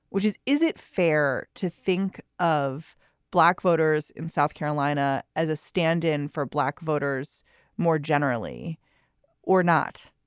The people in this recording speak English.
which is, is it fair to think of black voters in south carolina as a stand in for black voters more generally or not?